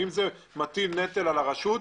אם זה מטיל נטל על הרשות,